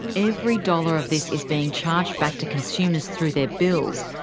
every dollar of this is being charged back to consumers through their bills,